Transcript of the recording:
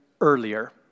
earlier